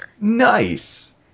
Nice